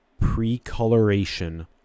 pre-coloration